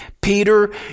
Peter